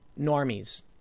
normies